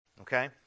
Okay